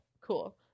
cool